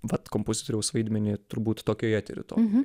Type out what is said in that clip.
vat kompozitoriaus vaidmenį turbūt tokioje teritorioj